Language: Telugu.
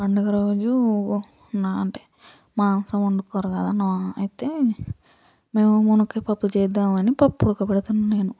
పండుగరోజు నా అంటే మాంసం వండుకోరు కదా అయితే మేము మునక్కాయ పప్పు చేద్దామని పప్పు ఉడకబెడుతున్నా నేను